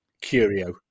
Curio